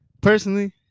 personally